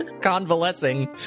convalescing